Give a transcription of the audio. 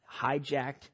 hijacked